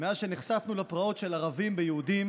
מאז שנחשפנו לפרעות של ערבים ביהודים